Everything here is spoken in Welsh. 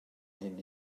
hyn